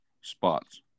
spots